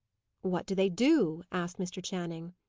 what do they do? asked mr. channing.